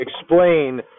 explain